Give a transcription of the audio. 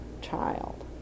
child